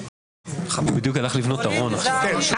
הוא בדיוק הלך לבנות ארון עכשיו.